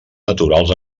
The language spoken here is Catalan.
naturals